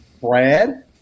Brad